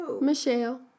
michelle